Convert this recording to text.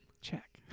Check